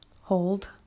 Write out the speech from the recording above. Hold